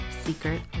secret